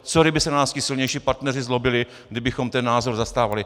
Co kdyby se na nás ti silnější partneři zlobili, kdybychom ten názor zastávali.